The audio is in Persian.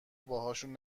باهاشون